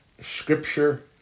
scripture